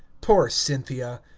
poor cynthia!